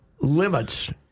limits